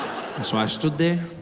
so i stood there.